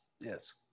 Yes